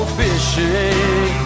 fishing